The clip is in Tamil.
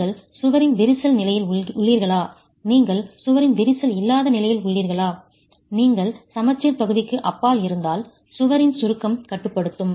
நீங்கள் சுவரின் விரிசல் நிலையில் உள்ளீர்களா நீங்கள் சுவரின் விரிசல் இல்லாத நிலையில் உள்ளீர்களா நீங்கள் சமச்சீர் பகுதிக்கு அப்பால் இருந்தால் சுவரின் சுருக்கம் கட்டுப்படுத்தும்